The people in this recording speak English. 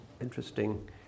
interesting